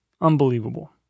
Unbelievable